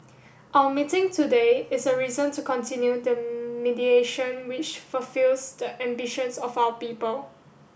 our meeting today is a reason to continue the mediation which fulfils the ambitions of our people